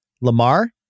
Lamar